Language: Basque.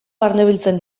barnebiltzen